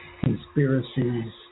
conspiracies